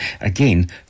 Again